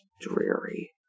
dreary